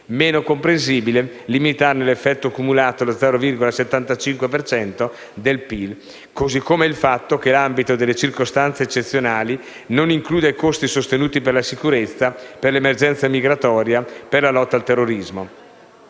meno comprensibile limitarne l'effetto cumulato allo 0,75 per cento del PIL, così come il fatto che l'ambito delle circostanze eccezionali non includa i costi sostenuti per la sicurezza, per l'emergenza migratoria e per la lotta al terrorismo.